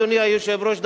אדוני היושב-ראש,